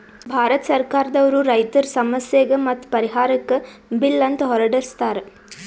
ಭಾರತ್ ಸರ್ಕಾರ್ ದವ್ರು ರೈತರ್ ಸಮಸ್ಯೆಗ್ ಮತ್ತ್ ಪರಿಹಾರಕ್ಕ್ ಬಿಲ್ ಅಂತ್ ಹೊರಡಸ್ತಾರ್